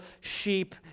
sheep